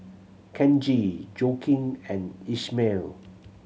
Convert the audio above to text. Kenji Joaquin and Ishmael